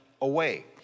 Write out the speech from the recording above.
away